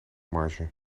marge